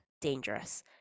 dangerous